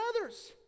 others